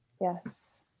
Yes